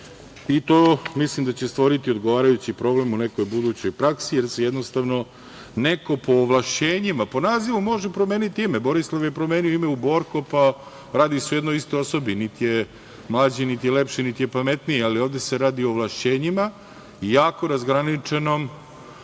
i to mislim da će stvoriti odgovarajući problem u nekoj budućoj praksi, jer se jednostavno po ovlašćenjima, po nazivu može promeniti ime, Borislav je promenio ime u Borko, pa radi se o jednoj istoj osobi, niti je mlađi, niti lepši, niti pametniji, ali ovde se radi o ovlašćenjima, jako razgraničenoj